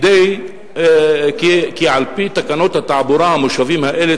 כי על-פי תקנות התעבורה המושבים האלה